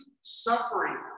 suffering